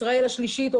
וישראל השלישית.